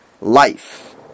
life